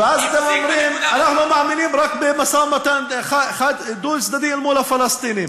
ואז אתם אומרים: אנחנו מאמינים רק במשא-ומתן דו-צדדי אל מול הפלסטינים.